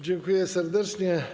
Dziękuję serdecznie.